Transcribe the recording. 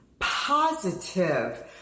positive